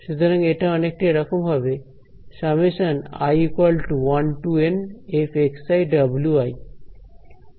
সুতরাং এটা অনেকটা এরকম হবে f wi